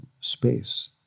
space